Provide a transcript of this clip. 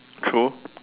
true